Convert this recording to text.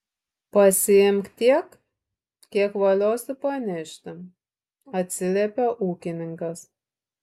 pasiimk tiek kiek valiosi panešti atsiliepė ūkininkas